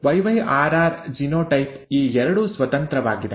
YyRR genotype ಈ ಎರಡು ಸ್ವತಂತ್ರವಾಗಿವೆ